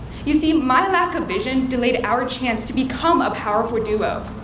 you see, my lack of vision delayed our chance to become a powerful duo,